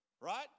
right